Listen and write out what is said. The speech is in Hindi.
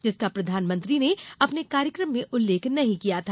जिसका प्रधानमंत्री ने अपने कार्यक्रम में उल्लेख नहीं किया था